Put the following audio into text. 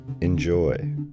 enjoy